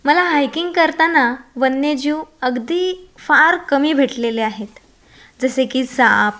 मला हायकिंग करताना वन्यजीव अगदी फार कमी भेटलेले आहेत जसे की जाप